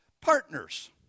Partners